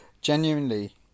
genuinely